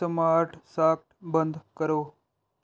smart socket ਬੰਦ ਕਰੋ